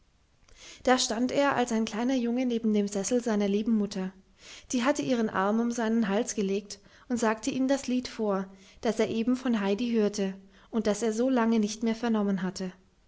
da stand er als ein kleiner junge neben dem sessel seiner lieben mutter die hatte ihren arm um seinen hals gelegt und sagte ihm das lied vor das er eben von heidi hörte und das er so lange nicht mehr vernommen hatte